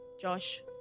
Josh